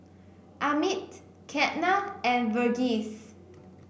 Amit Ketna and Verghese